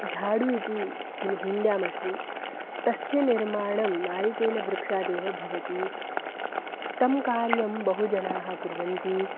झाडू इति किं हिन्द्यामस्ति तस्य निर्माणं नारिकेलवृक्षादेव भवति तत् कार्यं बहुजनाः कुर्वन्ति